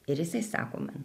ir jisai sako man